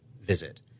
visit